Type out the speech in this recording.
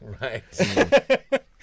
right